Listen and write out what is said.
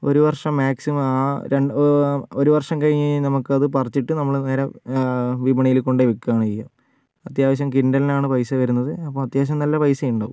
ഒരു വർഷം മാക്സിമം ആ ഒരു വർഷം കഴിഞ്ഞു കഴിഞ്ഞാൽ നമുക്ക് അത് പറച്ചിട്ട് നമ്മൾ നേരെ വിപണിയിൽ കൊണ്ടുപോയി വിൽക്കുകയാണ് ചെയ്യുക അത്യാവശ്യം കിൻ്റലിനാണ് പൈസ വരുന്നത് അപ്പോൾ അത്യാവശ്യം നല്ല പൈസ ഉണ്ടാവും